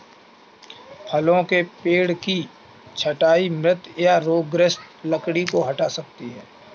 फलों के पेड़ की छंटाई मृत या रोगग्रस्त लकड़ी को हटा सकती है